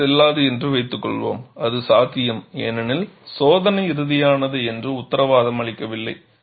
சோதனை செல்லாது என்று வைத்துக்கொள்வோம் அது சாத்தியம் ஏனெனில் சோதனை இறுதியானது என்று உத்தரவாதம் அளிக்கவில்லை